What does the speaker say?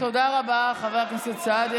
תודה רבה, חבר הכנסת סעדי.